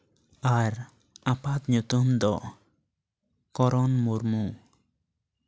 ᱟᱨ ᱟᱯᱟᱛ ᱧᱩᱛᱩᱢ ᱫᱚ ᱠᱚᱨᱚᱱ ᱢᱩᱨᱢᱩ